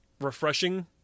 refreshing